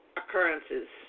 occurrences